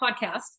Podcast